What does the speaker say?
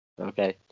Okay